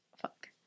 Fuck